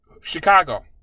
Chicago